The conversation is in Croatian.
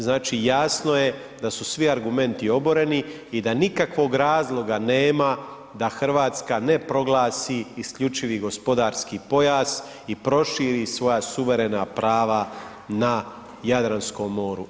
Znači jasno je da su svi argumenti oboreni i da nikakvog razloga nema da Hrvatska ne proglasi isključivi gospodarski pojas i proširi svoja suverena prava na Jadranskom moru.